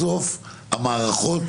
בסוף המערכות